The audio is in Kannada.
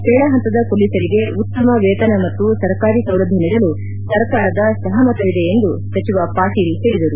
ಕೆಳಹಂತದ ಪೊಲೀಸರಿಗೆ ಉತ್ತಮ ವೇತನ ಮತ್ತು ಸರ್ಕಾರಿ ಸೌಲಭ್ಯ ನೀಡಲು ಸರ್ಕಾರದ ಸಹಮತವಿದೆ ಎಂದು ಸಚಿವ ಪಾಟೀಲ್ ಹೇಳಿದರು